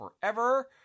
forever